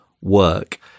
work